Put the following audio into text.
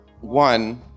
one